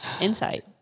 insight